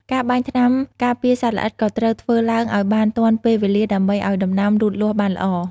ការបាញ់ថ្នាំការពារសត្វល្អិតក៏ត្រូវធ្វើឡើងឱ្យបានទាន់ពេលវេលាដើម្បីឱ្យដំណាំលូតលាស់បានល្អ។